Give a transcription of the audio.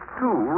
two